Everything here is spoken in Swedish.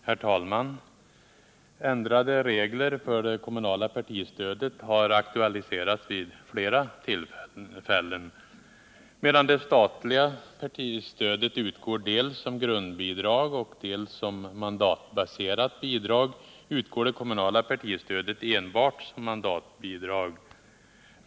Herr talman! Ändrade regler för det kommunala partistödet har aktualiserats vid flera tillfällen. Medan det statliga partistödet utgår dels som grundbidrag, dels som mandatbaserat bidrag, utgår det kommunala partistödet enbart som mandatbidrag.